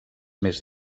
més